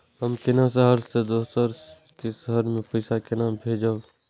हम केना शहर से दोसर के शहर मैं पैसा केना भेजव?